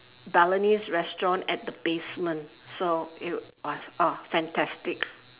Balinese restaurant at the basement so it was uh fantastic